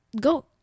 go